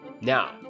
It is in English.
now